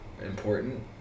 important